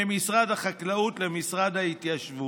ממשרד החקלאות למשרד ההתיישבות.